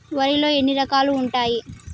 వరిలో ఎన్ని రకాలు ఉంటాయి?